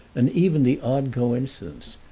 and even the odd coincidence,